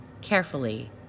carefully